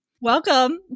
welcome